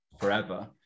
forever